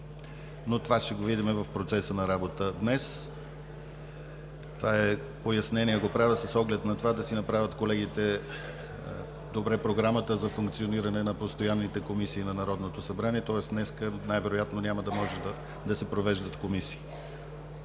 Но това ще го видим в процеса на работа днес. Правя пояснението с оглед колегите да си направят добре програмата за функциониране на постоянните комисии на Народното събрание, тоест днес най-вероятно няма да може да се провеждат комисии.